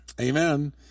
Amen